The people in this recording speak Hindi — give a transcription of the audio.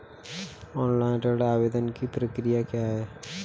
ऑनलाइन ऋण आवेदन की प्रक्रिया क्या है?